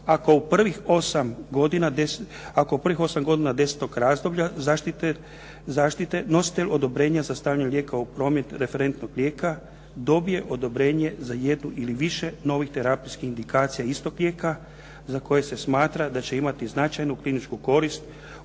ako u prvih osam godina desetog razdoblja zaštite nositelj odobrenja za stavljanje lijeka u promet, referentnog lijeka dobije odobrenje za jednu ili više novih terapijskih indikacija istog lijeka za koje se smatra da će imati značajnu kliničku korist u